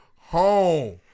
home